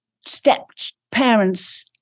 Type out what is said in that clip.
step-parents